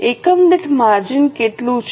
એકમ દીઠ માર્જિન કેટલું છે